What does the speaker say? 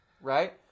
right